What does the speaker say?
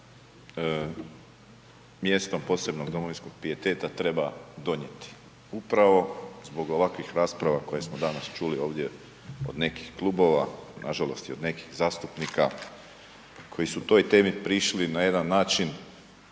mjestom posebnog domovinskog pijeteta treba donjeti upravo zbog ovakvih rasprava koje smo danas čuli ovdje od nekih klubova, nažalost i od nekih zastupnika koji su toj temi prišli na jedan način